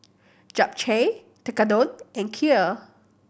Japchae Tekkadon and Kheer